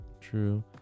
true